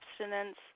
abstinence